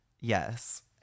yes